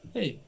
Hey